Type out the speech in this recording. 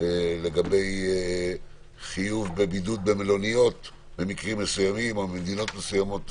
לגבי חיוב בבידוד במלוניות במקרים מסוימים או מדינות מסוימות וכו'.